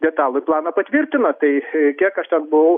detalųjį planą patvirtino tai kiek aš ten buvau